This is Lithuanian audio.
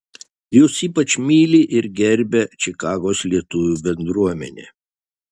jus ypač myli ir gerbia čikagos lietuvių bendruomenė